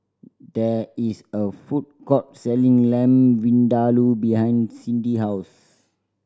there is a food court selling Lamb Vindaloo behind Cindy house